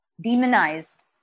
demonized